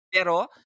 Pero